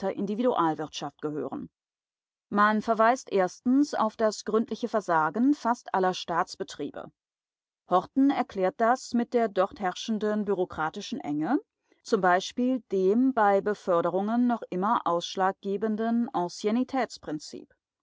individualwirtschaft gehören man verweist erstens auf das gründliche versagen fast aller staatsbetriebe horten erklärt das mit der dort herrschenden bureaukratischen enge zum beispiel dem bei beförderungen noch immer ausschlaggebenden